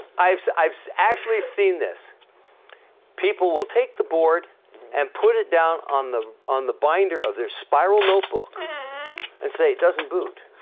i've so i've so actually seen this people will take the board and put it down on the on the binder of their spiral notebook and say it doesn't boot